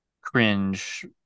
cringe